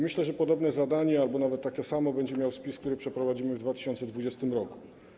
Myślę, że podobne zadanie, albo nawet takie samo, będzie miał spis, który przeprowadzimy w 2020 r.